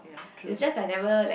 it's just I never like